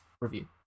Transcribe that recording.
review